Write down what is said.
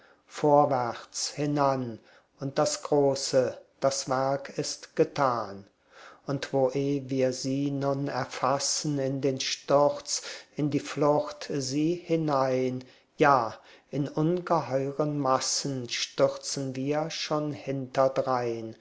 vorwärts hinan und das große das werk ist getan und wo eh wir sie nun erfassen in den sturz in die flucht sie hinein ja in ungeheuren massen stürzen wir schon